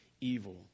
evil